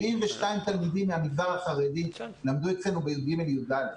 72 תלמידים מהמגזר החרדי למדו אצלנו בי"ג י"ד.